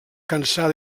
cansar